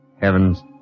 Heavens